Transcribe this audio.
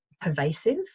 pervasive